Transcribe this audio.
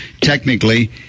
technically